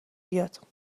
بیاد